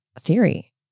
theory